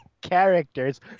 characters